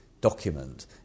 document